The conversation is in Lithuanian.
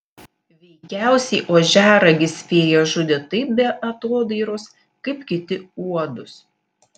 veikiausiai ožiaragis fėjas žudė taip be atodairos kaip kiti uodus